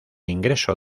ingreso